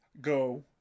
go